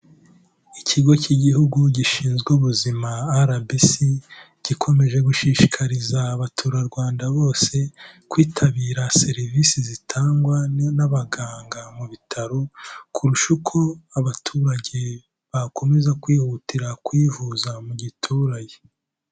Ikigo cy'igihugu gishinzwe ubuzima RBC, gikomeje gushishikariza abaturarwanda bose kwitabira serivisi zitangwa n'abaganga mu bitaro, kurusha uko abaturage bakomeza kwihutira kwivuza mu giturage.